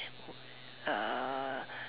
uh